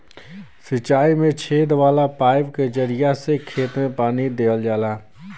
सिंचाई में छेद वाला पाईप के जरिया से खेत में पानी देहल जाला